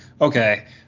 okay